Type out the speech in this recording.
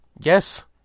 Yes